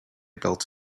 built